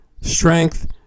strength